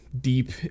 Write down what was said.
deep